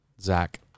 Zach